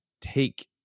take